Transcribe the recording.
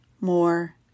More